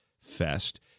Fest